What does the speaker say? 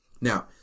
Now